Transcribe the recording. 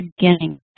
beginning